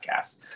podcast